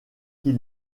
qu’il